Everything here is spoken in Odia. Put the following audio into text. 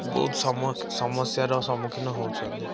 ବହୁତ ସମସ୍ଯାର ସମ୍ମୁଖୀନ ହେଉଛନ୍ତି